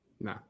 No